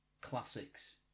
classics